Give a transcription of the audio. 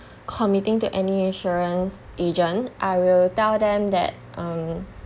committing to any insurance agent I will tell them that um